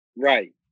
right